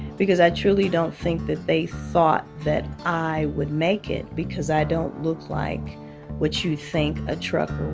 because i truly don't think that they thought that i would make it because i don't look like what you think a trucker